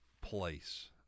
place